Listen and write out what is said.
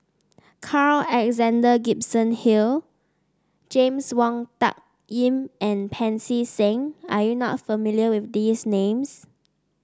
Carl Alexander Gibson Hill James Wong Tuck Yim and Pancy Seng are you not familiar with these names